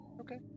Okay